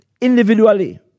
Individually